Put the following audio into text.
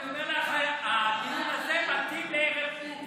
אני אומר לך, הדיון הזה מתאים לערב פורים.